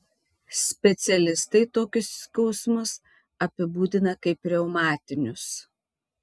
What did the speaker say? specialistai tokius skausmus apibūdina kaip reumatinius